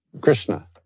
Krishna